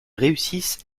réussissent